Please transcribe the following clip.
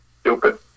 Stupid